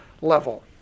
level